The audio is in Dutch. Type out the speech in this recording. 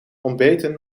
ontbeten